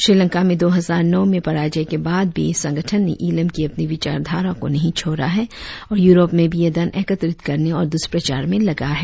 श्रीलंका में दो हजार नौ में पराजय के बाद भी इस संगठन ने ईलम की अपनी विचारधारा को नहीं छोड़ा है और यूरोप में भी यह धन एकत्रित करने और दुष्प्रचार में लगा है